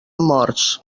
morts